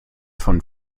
von